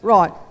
Right